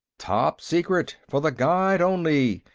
top secret! for the guide only!